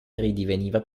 ridiveniva